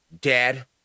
Dad